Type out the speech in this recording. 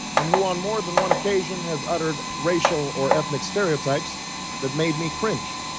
and who, on more than one occasion, has uttered racial or ethnic stereotypes that made me cringe.